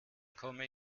komme